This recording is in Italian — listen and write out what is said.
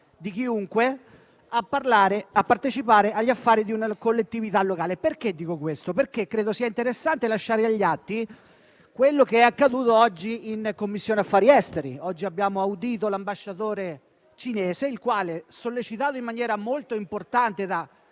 di chiunque a partecipare agli affari di una collettività locale. Evidenzio particolarmente questo aspetto, perché credo sia interessante lasciare agli atti ciò che è accaduto oggi in Commissione affari esteri: abbiamo audito l'ambasciatore cinese, il quale, sollecitato in maniera molto importante da